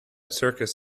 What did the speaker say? circus